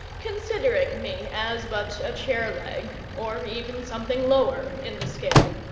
considering me as but a chair-leg, or even something lower in the scale.